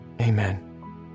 amen